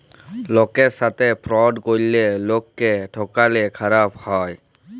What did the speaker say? লকের সাথে ফ্রড ক্যরলে লকক্যে ঠকালে খারাপ হ্যায়